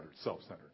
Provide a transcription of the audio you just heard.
self-centered